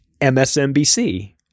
MSNBC